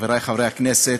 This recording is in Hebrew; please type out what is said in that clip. חברי חברי הכנסת,